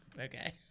Okay